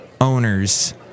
owners